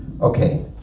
Okay